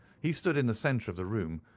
he stood in the centre of the room,